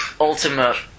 ultimate